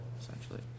essentially